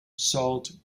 salt